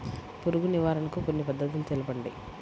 పురుగు నివారణకు కొన్ని పద్ధతులు తెలుపండి?